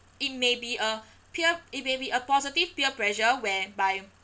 it may be a peer it maybe a positive peer pressure whereby